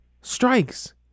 strikes